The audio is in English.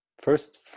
First